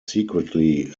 secretly